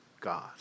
God